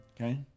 okay